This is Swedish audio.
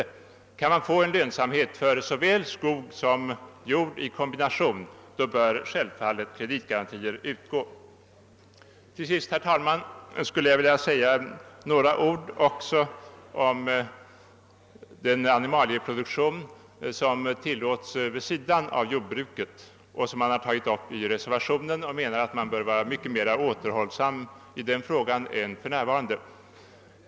Om man kan få en lönsamhet på såväl skogsbruk som jordbruk i kombination bör självfallet kreditgarantistöd utgå. Till sist, herr talman, skulle jag vilja säga några ord också om den animalieproduktion som tillåts vid sidan av jordbruket och som har tagits upp i reservationen, där vi menar att man bör vara mycket mera återhållsam med denna produktion än man är för närvarande.